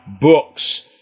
books